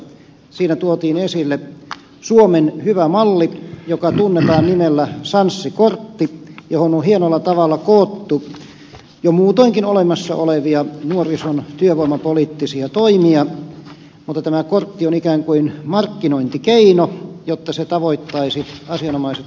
siinä tuotiin esille suomen hyvä malli joka tunnetaan nimellä sanssi kortti johon on hienolla tavalla koottu jo muutoinkin olemassa olevia nuorison työvoimapoliittisia toimia mutta tämä kortti on ikään kuin markkinointikeino jotta se tavoittaisi asianomaiset osapuolet